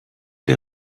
der